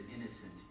innocent